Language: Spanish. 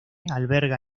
alberga